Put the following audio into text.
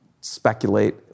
speculate